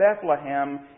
Bethlehem